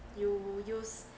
you use